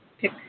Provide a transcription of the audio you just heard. pick